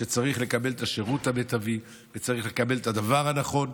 שצריך לקבל את השירות המיטבי וצריך לקבל את הדבר הנכון,